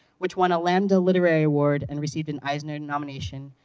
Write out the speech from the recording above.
which won a lambda literary award and received an eisner nomination,